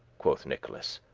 quoth nicholas,